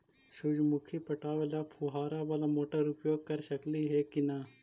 सुरजमुखी पटावे ल फुबारा बाला मोटर उपयोग कर सकली हे की न?